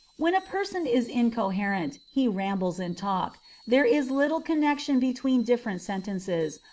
when a person is incoherent, he rambles in talk there is little connection between different sentences,